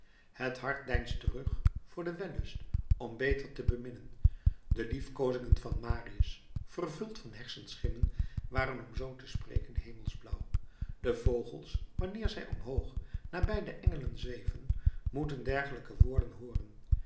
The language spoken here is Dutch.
het hart deinst terug voor den wellust om beter te beminnen de liefkoozingen van marius vervuld van hersenschimmen waren om zoo te spreken hemelsblauw de vogels wanneer zij omhoog nabij de engelen zweven moeten dergelijke woorden hooren